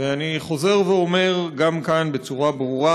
ואני חוזר ואומר גם כאן בצורה ברורה: